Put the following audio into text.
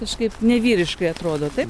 kažkaip nevyriškai atrodo taip